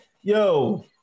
yo